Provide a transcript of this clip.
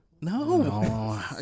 No